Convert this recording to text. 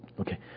Okay